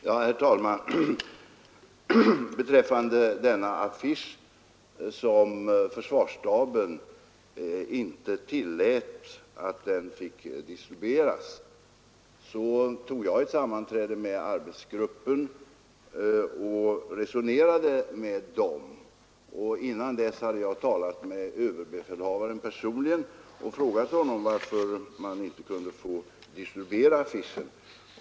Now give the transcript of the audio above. Herr talman! Beträffande denna affisch, som försvarsstaben inte tillät distribueras, hade jag ett sammanträde med arbetsgruppen och resonerade med den. Innan dess hade jag talat med överbefälhavaren personligen och frågat honom varför man inte kunde få distribuera affischen.